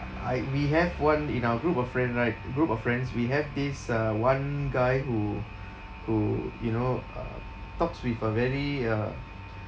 I we have one in our group of friend right group of friends we have this uh one guy who who you know uh talks with a very uh